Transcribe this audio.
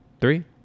Three